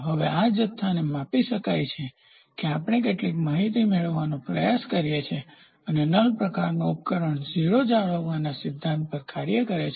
હવે આ જથ્થાને માપી શકાય છે કે આપણે કેટલીક માહિતી મેળવવાનો પ્રયાસ કરીએ છીએ નલ પ્રકારનું ઉપકરણ 0 જાળવવાના સિદ્ધાંત પર કાર્ય કરે છે